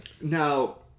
Now